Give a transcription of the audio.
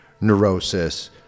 Neurosis